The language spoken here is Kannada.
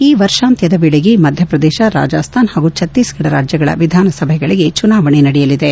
ಈ ವರ್ಷಾಂತ್ಯದ ವೇಳೆಗೆ ಮಧ್ಯಪ್ರದೇಶ ರಾಜಸ್ಥಾನ್ ಹಾಗೂ ಚತ್ತೀಸ್ಗಢ ರಾಜ್ಯಗಳ ವಿಧಾನಸಭೆಗಳಿಗೆ ಚುನಾವಣೆ ನಡೆಯಲಿದೆ